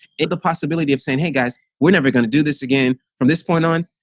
it the possibility of saying, hey, guys, we're never going to do this, again, from this point on.